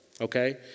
okay